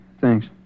thanks